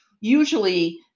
usually